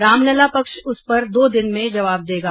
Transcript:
रामलला पक्ष उस पर दो दिन में जवाब देगा